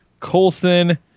Coulson